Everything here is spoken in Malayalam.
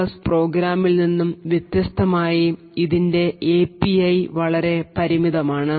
CC പ്രോഗ്രാമിൽ നിന്നും വ്യത്യസ്തമായി ആയി ഇതിൻറെ API വളരെ പരിമിതമാണ്